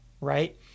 right